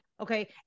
Okay